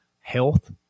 health